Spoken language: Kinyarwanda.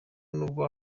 nubwo